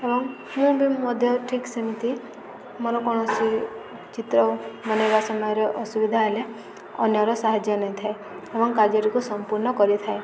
ଏବଂ ମୁଁ ବି ମଧ୍ୟ ଠିକ ସେମିତି ମୋର କୌଣସି ଚିତ୍ର ବନେଇବା ସମୟରେ ଅସୁବିଧା ହେଲେ ଅନ୍ୟର ସାହାଯ୍ୟ ନେଇଥାଏ ଏବଂ କାର୍ଯ୍ୟଟିକୁ ସମ୍ପୂର୍ଣ୍ଣ କରିଥାଏ